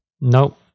Nope